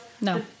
no